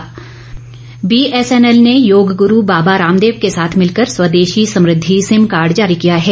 sim card BSNL ने योग गुरू बाबा रामदेव के साथ मिलकर स्वदेशी समृद्धि सिम कार्ड जारी किया है